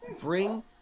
Bring